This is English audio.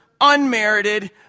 unmerited